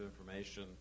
information